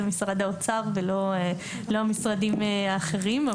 זה משרד האוצר ולא המשרדים האחרים.